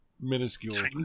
minuscule